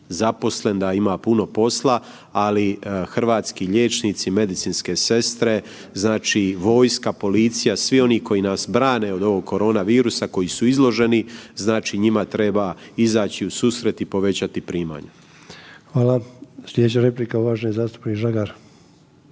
zaposlen, da ima puno posla, ali hrvatski liječnici i medicinske sestre, znači vojska, policija, svi oni koji nas brane od ovog koronavirusa, koji su izloženi, znači njima treba izaći u susret i povećati primanja. **Sanader, Ante (HDZ)** Hvala. Slijedeća replika uvaženi zastupnik Žagar.